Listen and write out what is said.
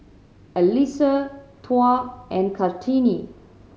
Alyssa Tuah and Kartini